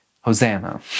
Hosanna